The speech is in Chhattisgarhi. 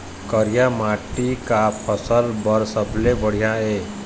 करिया माटी का फसल बर सबले बढ़िया ये?